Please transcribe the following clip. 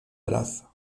brazo